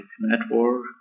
network